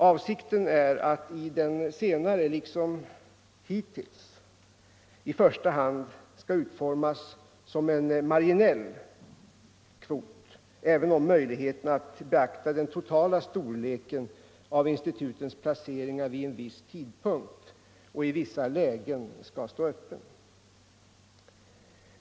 Avsikten är att den senare liksom hittills i första hand skall utformas som en marginell kvot, även om möjligheten att beakta den totala storleken av institutets placeringar vid en viss tidpunkt och i vissa lägen skall stå öppen.